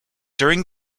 during